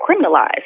criminalized